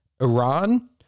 Iran